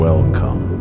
Welcome